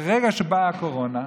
ברגע שבאה הקורונה,